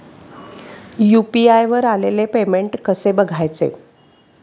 UPI वर आलेले payment कसे बघायचे?